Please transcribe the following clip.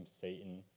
Satan